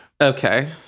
Okay